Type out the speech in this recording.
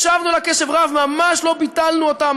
הקשבנו לה קשב רב, ממש לא ביטלנו אותה.